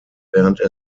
während